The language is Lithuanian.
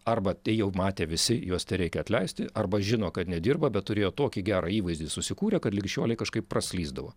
arba tai jau matė visi juos tereikia atleisti arba žino kad nedirba bet turėjo tokį gerą įvaizdį susikūrę kad lig šiolei kažkaip praslysdavo